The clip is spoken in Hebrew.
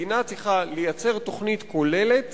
המדינה צריכה לייצר תוכנית כוללת